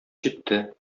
җитте